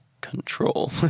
Control